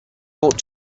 ought